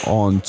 on